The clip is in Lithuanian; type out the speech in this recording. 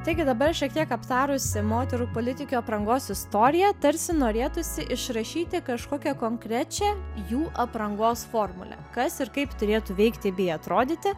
taigi dabar šiek tiek aptarusi moterų politikių aprangos istoriją tarsi norėtųsi išrašyti kažkokią konkrečią jų aprangos formulę kas ir kaip turėtų veikti bei atrodyti